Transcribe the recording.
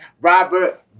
Robert